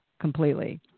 completely